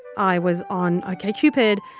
i was on okcupid,